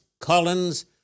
Collins